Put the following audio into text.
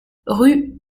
rue